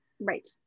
Right